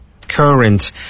current